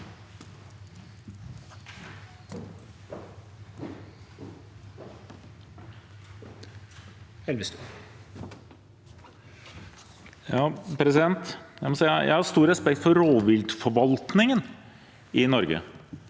Jeg har stor respekt for rovviltforvaltningen i Norge,